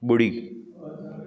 ॿुड़ी